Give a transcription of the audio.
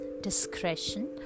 discretion